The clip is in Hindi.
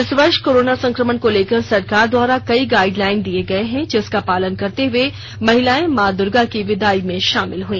इस वर्ष कोरोना संक्रमण को लेकर सरकार द्वारा कई गाइडलाइन दिए गए है जिसका पालन करते हुए महिलाए माँ दुर्गा की बिदाई में शामिल हुई